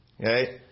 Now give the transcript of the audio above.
okay